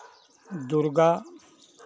Durga